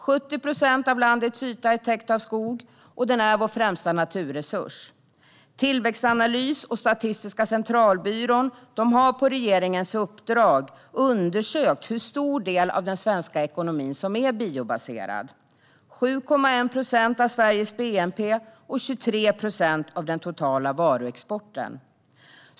70 procent av landets yta är täckt av skog, och den är vår främsta naturresurs. Tillväxtanalys och Statistiska centralbyrån har på regeringens uppdrag undersökt hur stor del av den svenska ekonomin som är biobaserad. Det rör sig om 7,1 procent av Sveriges bnp och 23 procent av den totala varuexporten.